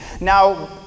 Now